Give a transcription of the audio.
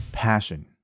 passion